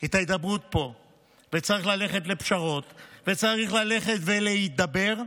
את ההידברות פה וצריך ללכת לפשרות וצריך ללכת ולהידבר,